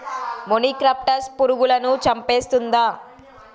మొనిక్రప్టస్ పురుగులను చంపేస్తుందా?